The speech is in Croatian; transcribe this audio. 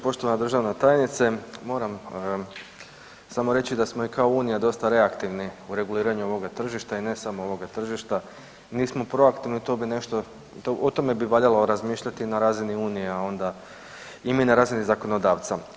Poštovana državna tajnice, moram samo reći da smo i kao unija dosta reaktivni u reguliranju ovoga tržišta i ne samo ovoga tržišta mi smo proaktivno i to bi nešto, o tome bi valjalo razmišljati na razini unije, a onda i na razini zakonodavca.